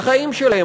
על החיים שלהם,